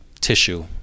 tissue